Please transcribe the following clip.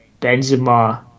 Benzema